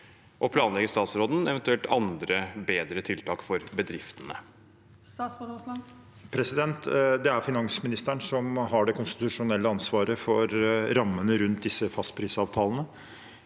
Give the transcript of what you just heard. og planlegger statsråden eventuelt andre, bedre tiltak for bedriftene? Statsråd Terje Aasland Det er finansmi- nisteren som har det konstitusjonelle ansvaret for rammene rundt disse fastprisavtalene,